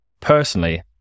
Personally